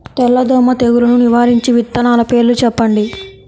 తెల్లదోమ తెగులును నివారించే విత్తనాల పేర్లు చెప్పండి?